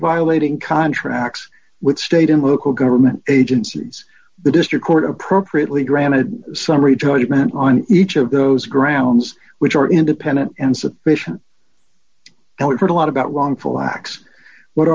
violating contracts with state and local government agencies the district court appropriately granted summary judgment on each of those grounds which are independent and sufficient now it hurt a lot about wrongful acts what